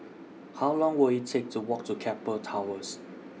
How Long Will IT Take to Walk to Keppel Towers